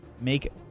make